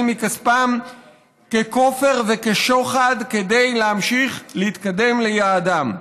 מכספם ככופר וכשוחד כדי להמשיך להתקדם ליעדם.